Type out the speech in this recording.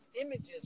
images